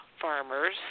farmers